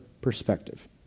perspective